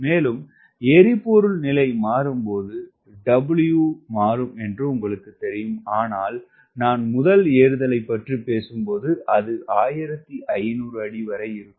மேலும் எரிபொருள் நிலை மாறும்போது W மாறும் என்று உங்களுக்குத் தெரியும் ஆனால் நான் முதல் ஏறுதலைப் பற்றி பேசும்போது அது 1500 அடி வரை இருக்கும்